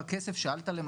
אני עושה טבלה,